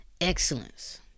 excellence